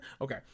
Okay